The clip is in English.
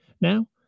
Now